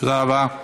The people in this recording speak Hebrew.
תודה רבה.